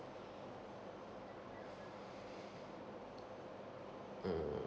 mm